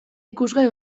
ikusgai